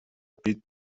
бид